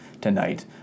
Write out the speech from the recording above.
tonight